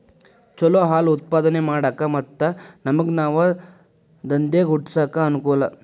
ಚಲೋ ಹಾಲ್ ಉತ್ಪಾದನೆ ಮಾಡಾಕ ಮತ್ತ ನಮ್ಗನಾವ ದಂದೇಗ ಹುಟ್ಸಾಕ ಅನಕೂಲ